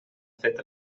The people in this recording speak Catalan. fet